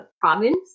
province